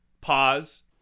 Pause